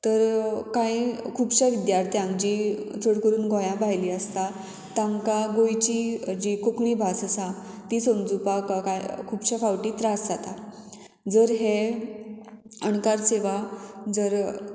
तर कांय खुबश्या विद्यार्थ्यांक जीं चड करून गोंया भायलीं आसता तांकां गोंयची जी कोंकणी भास आसा ती समजुपाक खुबशे फावटी त्रास जाता जर हे अणकार सेवा जर